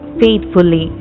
faithfully